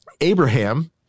Abraham